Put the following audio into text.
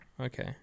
Okay